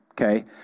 Okay